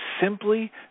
Simply